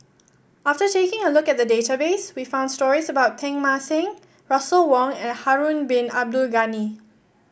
after taking a look at the database we found stories about Teng Mah Seng Russel Wong and Harun Bin Abdul Ghani